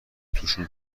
توشون